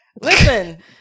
Listen